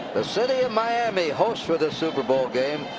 the city of miami, host for this super bowl game,